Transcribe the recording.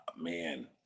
man